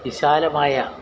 വിശാലമായ